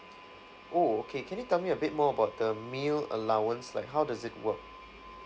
oh okay can you tell me a bit more about the meal allowance like how does it work